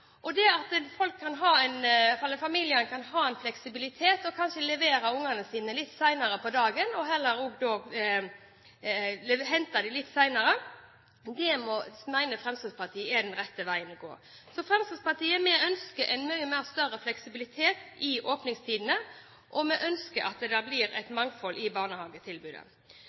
kan ha en fleksibilitet og kanskje levere barna sine litt senere på dagen og så heller hente dem litt senere, mener Fremskrittspartiet er den rette veien å gå. Fremskrittspartiet ønsker mye større fleksibilitet i åpningstidene, og vi ønsker at det blir et mangfold i barnehagetilbudet.